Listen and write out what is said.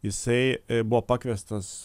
jisai buvo pakviestas